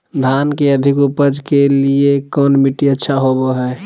धान के अधिक उपज के लिऐ कौन मट्टी अच्छा होबो है?